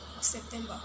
september